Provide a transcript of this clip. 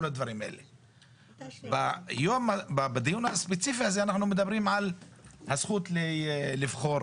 בדיון הספציפי הזה אנחנו מדברים על הזכות לבחור